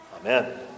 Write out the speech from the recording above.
amen